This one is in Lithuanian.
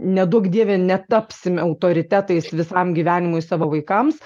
neduok dieve netapsime autoritetais visam gyvenimui savo vaikams